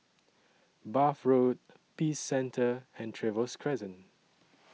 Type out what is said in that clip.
Bath Road Peace Centre and Trevose Crescent